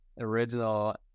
original